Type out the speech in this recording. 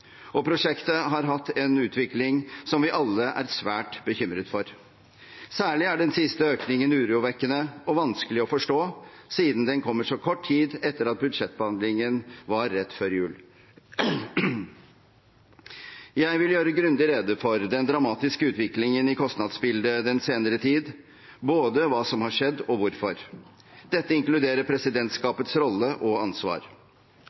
Prosjektet har hatt en utvikling som vi alle er svært bekymret for. Særlig er den siste økningen urovekkende og vanskelig å forstå siden den kommer så kort tid etter budsjettbehandlingen rett før jul. Jeg vil gjøre grundig rede for den dramatiske utviklingen i kostnadsbildet den senere tid, både hva som har skjedd, og hvorfor. Dette inkluderer presidentskapets rolle og ansvar.